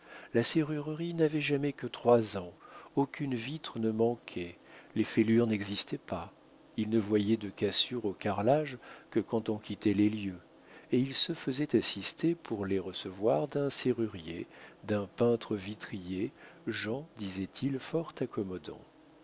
la serrurerie n'avait jamais que trois ans aucune vitre ne manquait les fêlures n'existaient pas il ne voyait de cassures au carrelage que quand on quittait les lieux et il se faisait assister pour les recevoir d'un serrurier d'un peintre vitrier gens disait-il fort accommodants